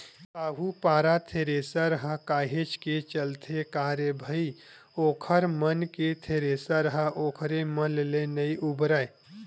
साहूपारा थेरेसर ह काहेच के चलथे का रे भई ओखर मन के थेरेसर ह ओखरे मन ले नइ उबरय